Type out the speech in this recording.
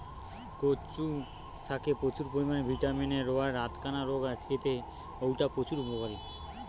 কচু শাকে প্রচুর পরিমাণে ভিটামিন এ রয়ায় রাতকানা রোগ আটকিতে অউটা প্রচুর উপকারী